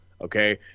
okay